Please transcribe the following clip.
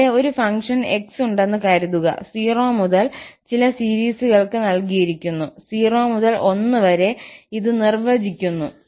ഇവിടെ ഒരു ഫംഗ്ഷൻ 𝑥 ഉണ്ടെന്ന് കരുതുക 0 മുതൽ ചില സീരീസ് കൾക്ക് നൽകിയിരിക്കുന്നു 0 മുതൽ 1 വരെഇത് നിർവ്വചിക്കുന്നു